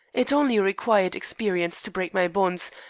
it only required experience to break my bonds,